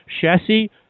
chassis